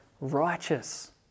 righteous